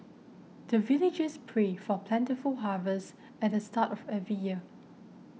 the villagers pray for plentiful harvest at the start of every year